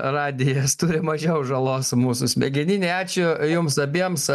radijas turi mažiau žalos mūsų smegeninei ačiū jums abiems